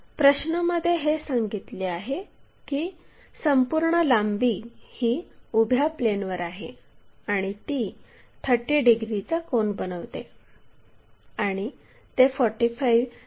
प्रश्नामध्ये हे सांगितले आहे की संपूर्ण लांबी ही उभ्या प्लेनवर आहे आणि ती 30 डिग्रीचा कोन बनवते आणि ते 45 ने इनक्लाइन होते